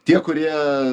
tie kurie